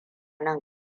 nan